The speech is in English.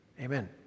Amen